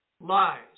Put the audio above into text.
lies